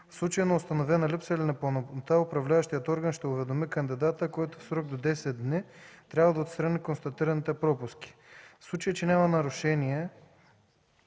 В случай на установена липса или непълнота управляващият орган ще уведоми кандидата, който в срок до 10 дни трябва да отстрани констатираните пропуски. В случай че няма нарушения,